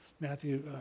Matthew